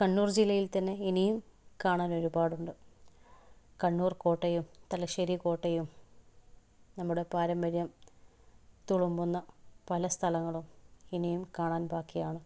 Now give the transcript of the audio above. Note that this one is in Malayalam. കണ്ണൂർ ജില്ലയിൽ തന്നെ ഇനിയും കാണാനൊരുപാടുണ്ട് കണ്ണൂർ കോട്ടയും തലശ്ശേരി കോട്ടയും നമ്മുടെ പാരമ്പര്യം തുളുമ്പുന്ന പല സ്ഥലങ്ങളും ഇനിയും കാണാൻ ബാക്കിയാണ്